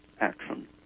action